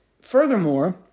furthermore